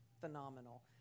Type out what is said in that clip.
phenomenal